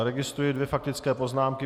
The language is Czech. Registruji dvě faktické poznámky.